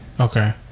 Okay